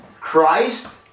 Christ